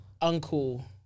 uncle